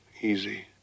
easy